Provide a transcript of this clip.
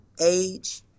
age